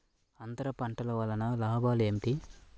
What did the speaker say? అంతర పంటల వలన లాభాలు ఏమిటి?